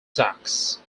docks